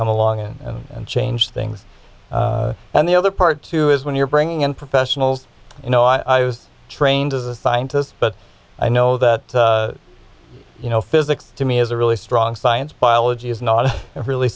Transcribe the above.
come along and change things and the other part too is when you're bringing in professionals you know i was trained as a scientist but i know that you know physics to me is a really strong science biology is not really